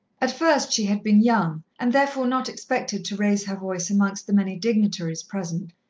at first she had been young, and therefore not expected to raise her voice amongst the many dignitaries present,